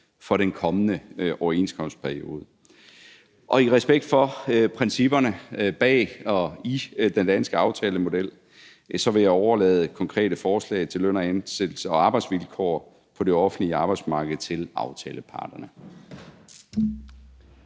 for den kommende overenskomstperiode. I respekt for principperne bag og i den danske aftalemodel vil jeg overlade konkrete forslag om løn- og ansættelses- og arbejdsvilkår på det offentlige arbejdsmarked til aftaleparterne.